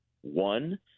one